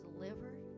delivered